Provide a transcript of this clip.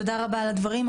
תודה רבה על הדברים.